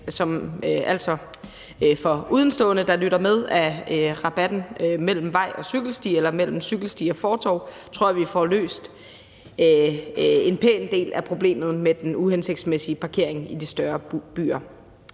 som altså for udenforstående, der lytter med, er rabatten mellem vej og cykelsti eller mellem cykelsti og fortov – tror jeg at vi får løst en pæn del af problemet med den uhensigtsmæssige parkering i de større byer.